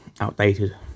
outdated